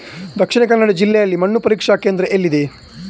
ದಕ್ಷಿಣ ಕನ್ನಡ ಜಿಲ್ಲೆಯಲ್ಲಿ ಮಣ್ಣು ಪರೀಕ್ಷಾ ಕೇಂದ್ರ ಎಲ್ಲಿದೆ?